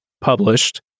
published